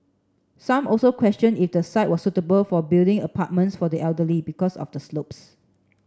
some also questioned if the site was suitable for building apartments for the elderly because of the slopes